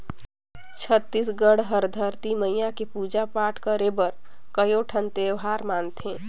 छत्तीसगढ़ हर धरती मईया के पूजा पाठ करे बर कयोठन तिहार मनाथे